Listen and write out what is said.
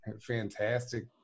fantastic